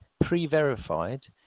pre-verified